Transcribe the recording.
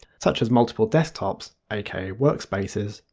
such as multiple desktops aka workspaces,